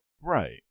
Right